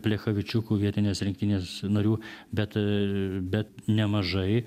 plechavičiukų vietinės rinktinės narių bet bet nemažai